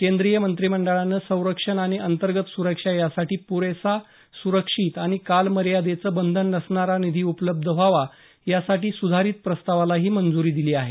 केंद्रीय मंत्रीमंडळानं संरक्षण आणि अंतर्गत सुरक्षा यासाठी पुरेसा सुरक्षित आणि कालमर्यादेचं बंधन नसणारा निधी उपलब्ध व्हावा यासाठी सुधारित प्रस्तावालाही मंजूरी दिली आहे